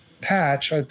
patch